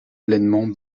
pleinement